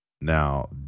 Now